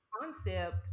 concept